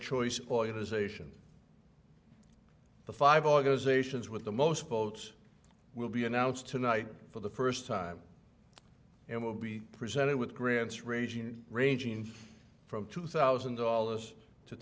choice or his asian the five organizations with the most votes will be announced tonight for the first time and will be presented with grants reaching ranging from two thousand dollars to